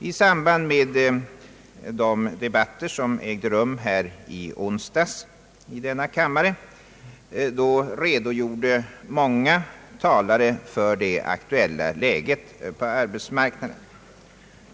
I samband med onsdagens debatt i denna kammare redogjorde många talare för det aktuella läget.